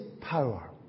power